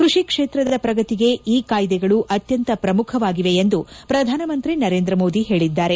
ಕೃಷಿ ಕ್ಷೇತ್ರದ ಪ್ರಗತಿಗೆ ಈ ಕಾಯ್ದೆಗಳು ಅತ್ವಂತ ಪ್ರಮುಖವಾಗಿವೆ ಎಂದು ಪ್ರಧಾನಮಂತ್ರಿ ನರೇಂದ್ರ ಮೋದಿ ಹೇಳಿದ್ದಾರೆ